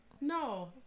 no